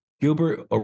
Gilbert